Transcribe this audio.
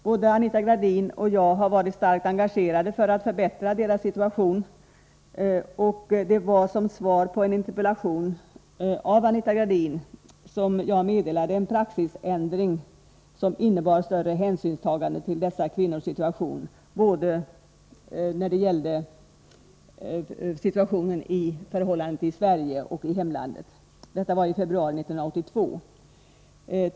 Både Anita Gradin och jag har varit starkt engagerade för att förbättra dessa kvinnors situation, och det var som svar på en interpellation av Anita Gradin som jag meddelade en praxisändring som innebar större hänsynstagande till dessa kvinnors situation både när det gällde förhållandet i Sverige och när det gällde förhållandet i hemlandet. Detta var i februari 1982.